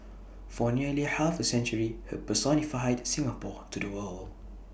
for nearly half A century he personified high Singapore to the world